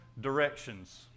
Directions